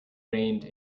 rained